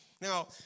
Now